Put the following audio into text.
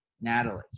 natalie